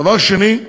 דבר שני,